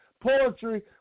poetry